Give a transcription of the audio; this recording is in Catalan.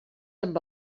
amb